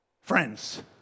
friends